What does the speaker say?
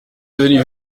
devenu